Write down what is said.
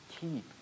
keep